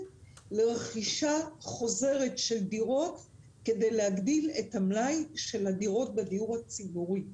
לרכישה חוזרת של דירות כדי להגדיל את מלאי הדירות בדיור הציבורי.